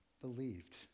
believed